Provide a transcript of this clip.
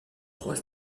trois